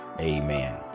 Amen